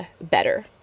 better